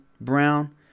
Brown